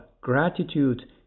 gratitude